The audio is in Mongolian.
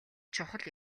чухал